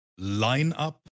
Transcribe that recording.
lineup